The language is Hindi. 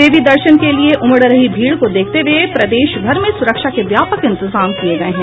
देवी दर्शन के लिए उमड़ रही भीड़ को देखते हुए प्रदेशभर में सुरक्षा के व्यापक इंतजाम किये गये हैं